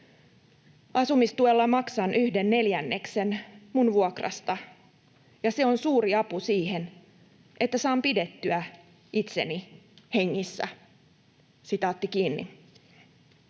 Asumistuella maksan yhden neljänneksen mun vuokrasta, ja se on suuri apu siihen, että saan pidettyä itseni hengissä.” ”Kokisin